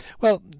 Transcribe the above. Well